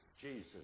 Jesus